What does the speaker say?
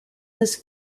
this